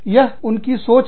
यह उनकी सोच है